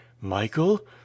michael